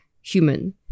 human